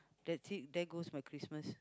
that's it there goes my Christmas